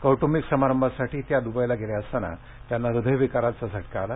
कौट्ंबिक समारंभासाठी त्या द्बईला गेल्या असताना त्यांना हृदयविकाराचा झटका आला